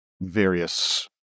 various